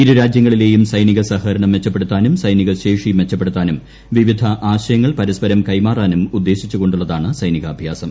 ഇരു രാജ്യങ്ങളിലെയും സൈനിക സഹകരണം മെച്ചപ്പെടുത്താനും സൈനിക ശേഷി മെച്ചപ്പെടുത്താനും വിവിധ ആശയങ്ങൾ പരസ്പരം കൈമാറാനും ഉദ്ദേശിച്ചുകൊണ്ടുള്ളതാണ് സൈനികാഭ്യാസം